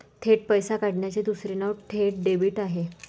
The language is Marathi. थेट पैसे काढण्याचे दुसरे नाव थेट डेबिट आहे